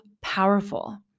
powerful